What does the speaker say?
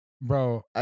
Bro